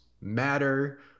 matter